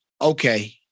okay